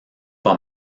pas